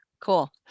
Cool